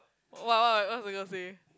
what what what's the girl's name